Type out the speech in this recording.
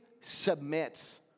submits